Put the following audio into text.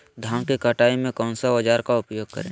धान की कटाई में कौन सा औजार का उपयोग करे?